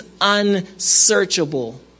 unsearchable